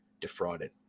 defrauded